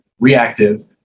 reactive